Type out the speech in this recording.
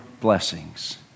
blessings